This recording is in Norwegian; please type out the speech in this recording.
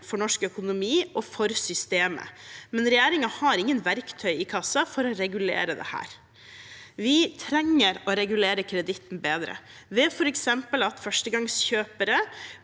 for norsk økonomi og for systemet, men regjeringen har ingen verktøy i kassen for å regulere dette. Vi trenger å regulere kreditten bedre, f.eks. ved at førstegangskjøpere